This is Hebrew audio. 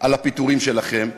על הפיטורים שלכם,